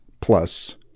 plus